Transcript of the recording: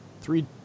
Three